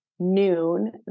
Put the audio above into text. noon